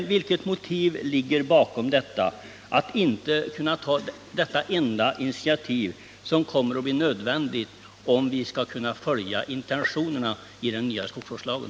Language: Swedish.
Vilket är motivet för att man inte kan ta ett enda av de initiativ som är nödvändiga för att vi skall kunna följa intentionerna i den nya skogsvårdslagen?